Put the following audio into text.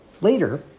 Later